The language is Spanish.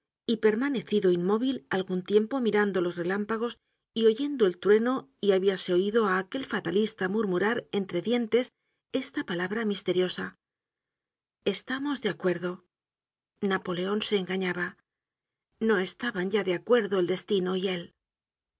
y permanecido inmóvil algun tiempo mirando los relámpagos y oyendo el trueno y habíase oido á aquel fatalista murmurar entre dientes esta palabra misteriosa festamos de acuerdo napoleon se engañaba no estaban ya de acuerdo el destino y él